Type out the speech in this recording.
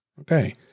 Okay